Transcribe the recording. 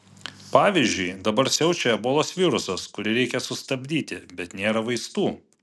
pavyzdžiui dabar siaučia ebolos virusas kurį reikia sustabdyti bet nėra vaistų